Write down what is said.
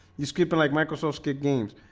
you skipping like microsoft's kid games?